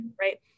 right